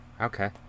Okay